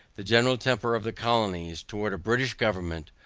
the general temper of the colonies, towards a british government,